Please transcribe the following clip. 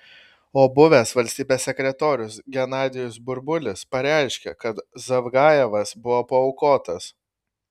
o buvęs valstybės sekretorius genadijus burbulis pareiškė kad zavgajevas buvo paaukotas